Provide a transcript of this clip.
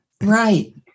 Right